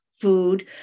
food